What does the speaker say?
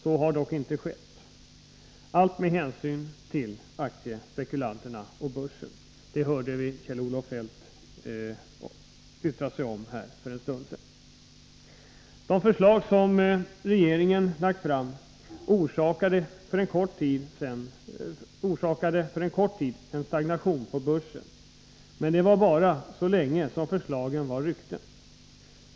Så har dock inte skett, allt med hänsyn till aktiespekulanterna och börsen; det hörde vi Kjell-Olof Feldt yttra sig om här för en stund sedan. De förslag som regeringen lagt fram orsakade för en kort tid en stagnation på börsen, men det var bara så länge som förslagen var rykten.